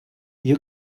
you